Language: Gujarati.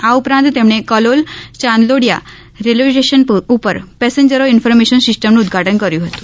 આ ઉપરાત તેમણે કલોલયાંદલોડિથા રેલ્વે સ્ટેશન ઉપર પેંસેંજર ઇન્ફોરમેશન સિસ્ટમનું ઉદઘાટન કર્યુ હતુ